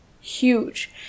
Huge